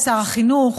שר החינוך,